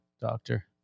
Doctor